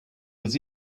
was